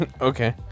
Okay